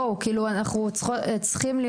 צריך להיות